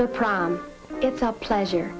the prom it's a pleasure